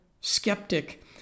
skeptic